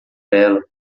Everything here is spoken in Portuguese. bela